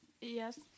Yes